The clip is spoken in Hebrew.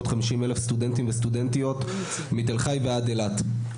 אלף סטודנטים וסטודנטיות מתל חי ועד אילת.